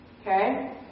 Okay